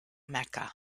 mecca